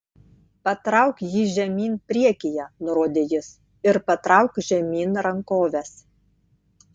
patrauk jį žemyn priekyje nurodė jis ir patrauk žemyn rankoves